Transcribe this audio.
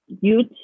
Youth